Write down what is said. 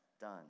done